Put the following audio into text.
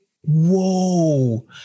whoa